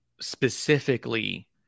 specifically